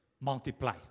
multiply